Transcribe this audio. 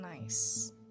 nice